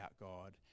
God